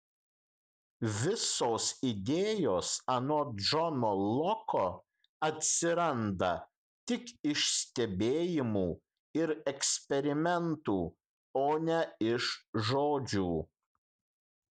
visos idėjos anot džono loko atsiranda tik iš stebėjimų ir eksperimentų o ne iš žodžių